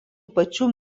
pačių